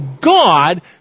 God